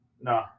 No